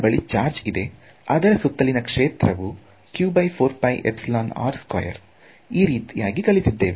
ನನ್ನ ಬಳಿ ಚಾರ್ಜ್ ಇದೆ ಅದರ ಸುತ್ತಲಿನ ಕ್ಷೇತ್ರವು ಈ ರೀತಿಯಾಗಿ ಕಲಿತಿದ್ದೇವೆ